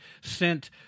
sent